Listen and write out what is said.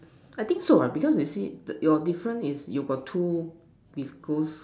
I think so lah because you see your difference is you got two with ghost